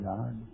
God